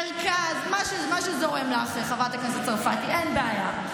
מרכז, מה שזורם לך, חברת הכנסת צרפתי, אין בעיה.